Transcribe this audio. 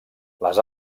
les